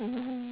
mm